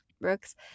Brooks